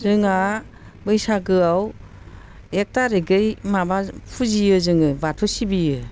जोंहा बैसागोआव एक थारिखै माबा फुजियो जोङो बाथौ सिबियो